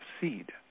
seed